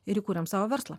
ir įkūrėm savo verslą